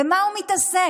במה הוא מתעסק?